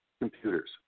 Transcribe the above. computers